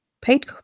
paid